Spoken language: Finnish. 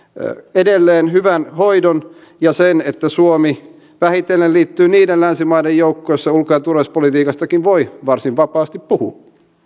edelleen hyvän hoidon ja sen että suomi vähitellen liittyy niiden länsimaiden joukkoon joissa ulko ja turvallisuuspolitiikastakin voi varsin vapaasti puhua